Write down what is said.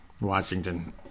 Washington